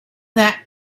that